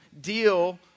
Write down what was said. deal